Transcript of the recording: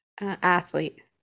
athlete